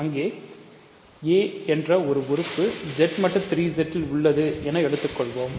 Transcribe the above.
அங்கே a என்ற ஒரு உறுப்பு z மட்டு 3z ல் உள்ளது என எடுத்துக்கொள்வோம்